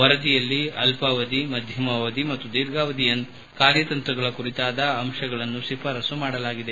ವರದಿಯಲ್ಲಿ ಅಲ್ಲಾವಧಿ ಮಧ್ಯಮಾವಧಿ ಮತ್ತು ದೀರ್ಘಾವಧಿ ಕಾರ್ಯತಂತ್ರಗಳ ಕುರಿತಾದ ಅಂಶಗಳನ್ನು ಶಿಫಾರಸು ಮಾಡಲಾಗಿದೆ